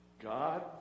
God